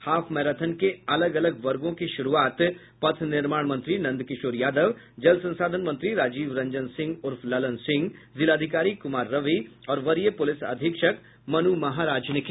half marathon के अलग अलग वर्गों की शुरुआत पथ निर्माण मंत्री नंद किशोर यादव जल संसाधन मंत्री राजीव रंजन सिंह उर्फ ललन सिंह जिलाधिकारी कुमार रवि और वरीय पुलिस अधीक्षक मनु महाराज ने की